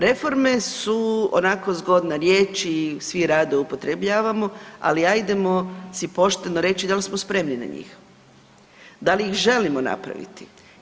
Reforme su onako zgodna riječ i svi je rado upotrebljavamo, ali ajdemo si pošteno reći da li smo spremni na njih, da li ih želimo napraviti.